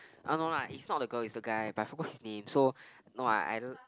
I don't know lah is not a girl is a guy but I forgot his name so no lah I don't